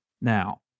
now